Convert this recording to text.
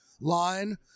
line